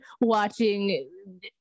watching